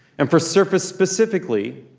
and for surface specifically,